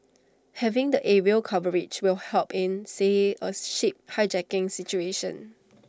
having the aerial coverage will help in say A ship hijacking situation